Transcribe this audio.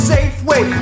Safeway